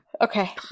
okay